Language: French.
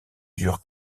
dure